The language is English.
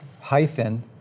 Hyphen